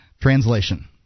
translation